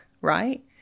right